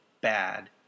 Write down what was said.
bad